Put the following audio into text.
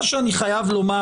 מה שאני חייב לומר,